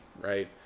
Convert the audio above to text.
right